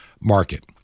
market